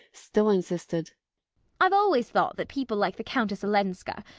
still insisted i've always thought that people like the countess olenska,